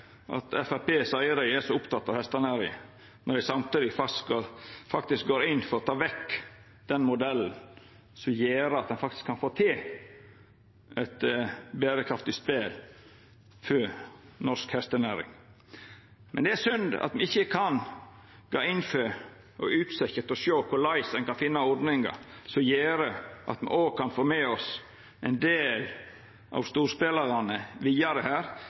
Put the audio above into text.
at Framstegspartiet seier dei er så opptekne av hestenæringa når dei samtidig går inn for å ta vekk den modellen som gjer at ein faktisk kan få til eit berekraftig spel for norsk hestenæring. Det er synd at me ikkje kan gå inn for å utsetja, for å sjå korleis ein kan finna ordningar som gjer at me òg kan få med oss ein del av storspelarane vidare her,